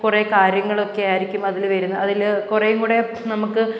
കുറേ കാര്യങ്ങളൊക്കെയായിരിക്കും അതിൽ വരുന്ന അതിൽ കുറേയും കൂടി നമുക്ക്